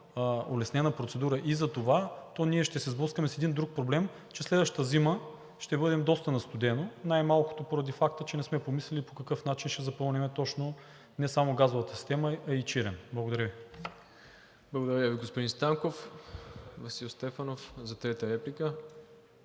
улеснена процедура и за това, то ние ще се сблъскаме с един друг проблем – че следващата зима ще бъдем доста на студено, най-малкото поради факта, че не сме помислили по какъв начин ще запълним точно не само газовата система, а и „Чирен“. Благодаря Ви. ПРЕДСЕДАТЕЛ МИРОСЛАВ ИВАНОВ: Благодаря Ви, господин Станков. Васил Стефанов за трета реплика.